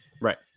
Right